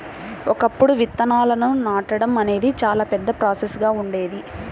ఒకప్పుడు విత్తనాలను నాటడం అనేది చాలా పెద్ద ప్రాసెస్ గా ఉండేది